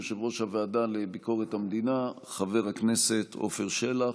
יושב-ראש הוועדה לביקורת המדינה חבר הכנסת עפר שלח,